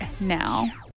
now